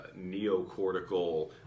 neocortical